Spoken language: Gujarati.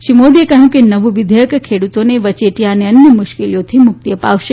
શ્રી મોદીએ કહ્યું કે નવું વિઘેયક ખેડૂતોને વચ્ચેટીયા અને અન્ય મુશ્કેલીઓથી મુક્તિ આપશે